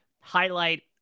highlight